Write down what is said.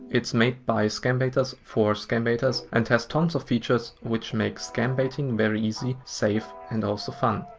it's made by scambaiters for scambaiters and has tons of features which make scambaiting very easy, safe and also fun.